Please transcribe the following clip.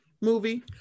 movie